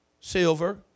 silver